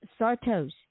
Sartos